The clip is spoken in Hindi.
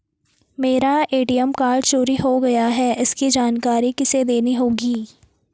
मेरा ए.टी.एम कार्ड चोरी हो गया है इसकी जानकारी किसे देनी होगी?